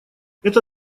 это